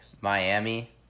Miami